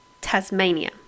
tasmania